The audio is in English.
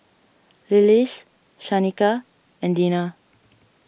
Lillis Shanika and Dina